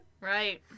Right